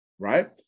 right